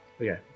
Okay